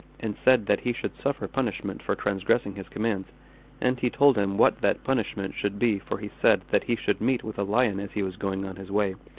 and said that he should suffer punishment for transgressing his commands and he told him what that punishment should be for he said that he should meet with a lion as he was going on his way,